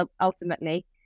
ultimately